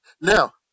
Now